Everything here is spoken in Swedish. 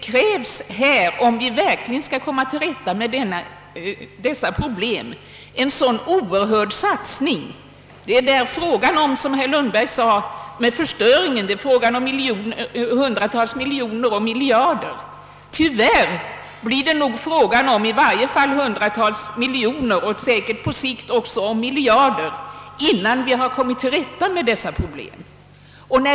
Förstörelsen uppgår till hundratusentals miljoner eller miljarder kronor, anser herr Lundberg. Ja, tyvärr blir det nog på sikt fråga om miljarder innan vi har kommit till rätta med dessa problem.